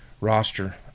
roster